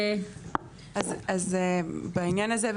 אז בעניין הזה,